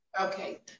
Okay